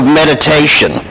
meditation